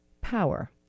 power